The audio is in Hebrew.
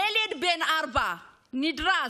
ילד בן ארבע נדרס,